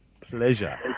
Pleasure